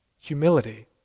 Humility